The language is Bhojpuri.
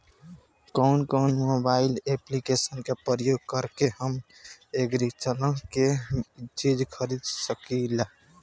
कउन कउन मोबाइल ऐप्लिकेशन का प्रयोग करके हम एग्रीकल्चर के चिज खरीद सकिला?